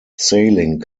sailing